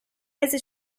rese